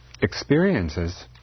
experiences